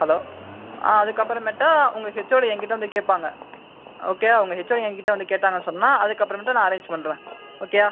hello ஆ அதுக்கப்புறமேட்டா உங்கள் ஹெச்ஓடி எங்கிட்ட வந்து கேட்பாங்க ஓகேவா உங்கள் ஹெச்ஓடி எங்கிட்ட வந்து கேட்டாங்கன்னு சொன்னால் அதுக்கப்புறமேட்டு நான் அரேஞ்ச் பண்ணுறேன் ஓகேவா